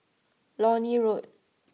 Lornie Road